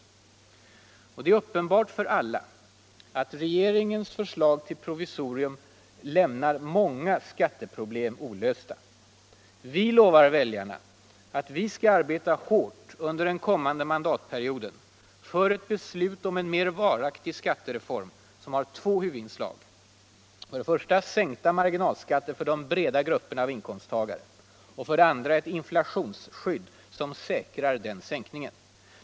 Det är uppenbart för alla att regeringens förslag till provisorium lämnar många skatteproblem olösta. Vi lovar väljarna att vi skall arbeta hårt under den kommande mandatperioden för ett beslut om en mer varaktig skattereform som har två huvudinslag: för det första sänkning av marginalskatterna för de breda grupperna av inkomsttagare och för det andra ett inflationsskydd som säkrar den sänkningen.